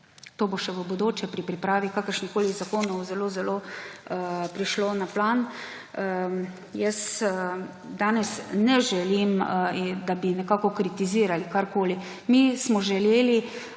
to bo še v bodoče pri pripravi kakršnihkoli zakonov zelo zelo prišlo na plan. Jaz danes ne želim, da bi nekako kritizirali karkoli, mi smo želeli,